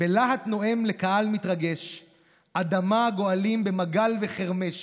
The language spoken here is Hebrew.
// בלהט נואם לקהל מתרגש / אדמה גואלים במגל וחרמש.